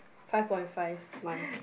five point five months